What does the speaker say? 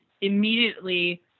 immediately